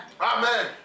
Amen